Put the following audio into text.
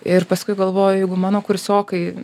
ir paskui galvoju jeigu mano kursiokai